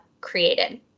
created